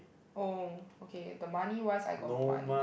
oh okay the money wise I got no money